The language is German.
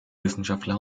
wissenschaftler